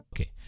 okay